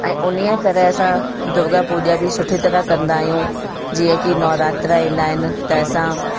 ऐं उन ई तरह सां दुर्गा पूॼा बि सुठी तरह कंदा आहियूं जीअं की नवरात्रा ईंदा आहिनि त असां